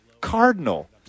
cardinal